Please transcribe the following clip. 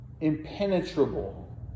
impenetrable